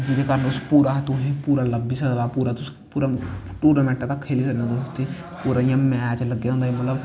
जेह्दे कारन अस पूरा तुसें लब्भी सकदा तुसें पूरा टूरनां मैंट तक खेली सकने उत्थें पूरा इयां मैट लग्गे दा होंदा